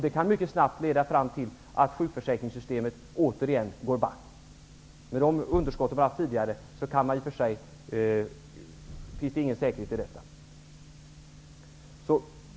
Det kan mycket snabbt leda fram till att sjukförsäkringssystemet återigen går back. Med det underskott som vi har haft tidigare finns det ingen säkerhet i detta.